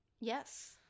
Yes